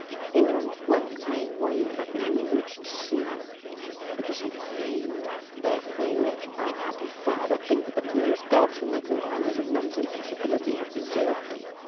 horns whelk'd and wav'd like the enridged sea it was some fiend therefore, thou happy father, think that the clearest gods, who make them honours of men's impossibility, have preserv'd thee.